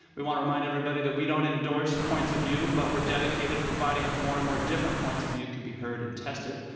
we want to remind everybody that we don't endorse points of view, but we're dedicated, providing a forum where different points of view can be heard and tested.